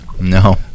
No